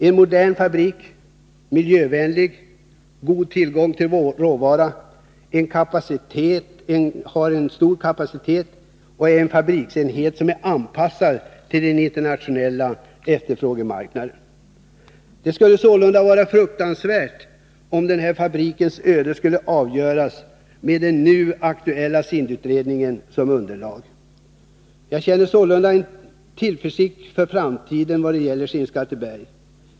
En modern fabrik, miljövänlig, god tillgång till råvara, stor kapacitet och en fabriksenhet som är anpassad till den internationella efterfrågemarknaden. Det skulle därför vara fruktansvärt om den fabrikens öde skulle avgöras med den nu aktuella SIND-utredningen som underlag. Jag känner sålunda tillförsikt i fråga om Skinnskattebergs framtid.